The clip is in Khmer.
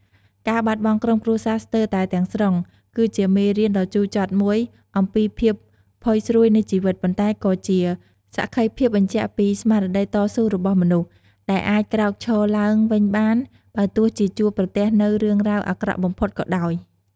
ការបាត់បង់ក្រុមគ្រួសារស្ទើរតែទាំងស្រុង គឺជាមេរៀនដ៏ជូរចត់មួយអំពីភាពផុយស្រួយនៃជីវិត ប៉ុន្តែក៏ជាសក្ខីភាពបញ្ជាក់ពី ស្មារតីតស៊ូរបស់មនុស្ស ដែលអាចក្រោកឈរឡើងវិញបាន បើទោះជាជួបប្រទះនូវរឿងរ៉ាវអាក្រក់បំផុតក៏ដោយ។